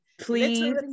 please